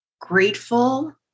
grateful